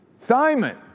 Simon